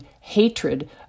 hatred